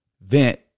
vent